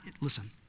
listen